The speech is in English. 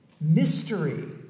Mystery